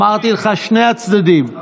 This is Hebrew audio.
ואמרתי לך: שני הצדדים.